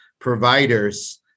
providers